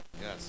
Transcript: Yes